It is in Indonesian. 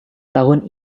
tahun